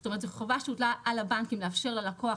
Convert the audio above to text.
זאת אומרת חובה שהוטלה על הבנקים לאפשר ללקוח